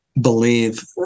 believe